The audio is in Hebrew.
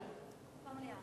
במליאה.